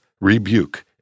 rebuke